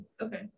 Okay